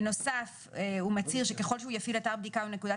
בנוסף הוא מצהיר שככל שהוא יפעיל אתר בדיקה או נקודת